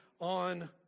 on